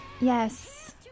yes